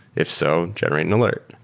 if so, generate an alert.